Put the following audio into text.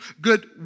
good